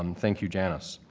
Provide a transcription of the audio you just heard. um thank you, janice.